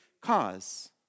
cause